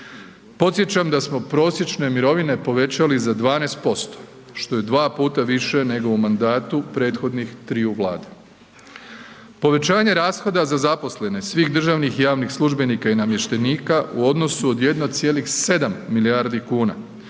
Podsjećam da smo prosječne mirovine povećali za 12% što je dva puta više u mandatu prethodnih triju vlada. Povećanja rashoda za zaposlene svih državnih i javnih službenika i namještenika u odnosu od 1,7 milijardi kuna